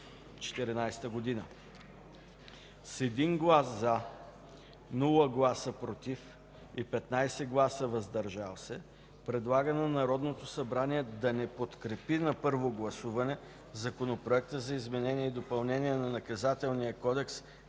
2014 г.; - с 1 глас „за”, без „против“ и 15 гласа „въздържали се” предлага на Народното събрание да не подкрепи на първо гласуване Законопроект за изменение и допълнение на Наказателния кодекс,